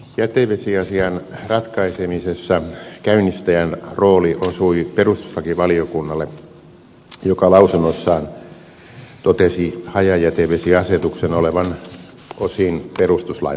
jätevesiasian ratkaisemisessa käynnistäjän rooli osui perustuslakivaliokunnalle joka lausunnossaan totesi hajajätevesiasetuksen olevan osin perustuslain vastainen